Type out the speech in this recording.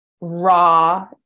raw